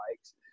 bikes